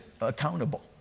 accountable